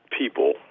people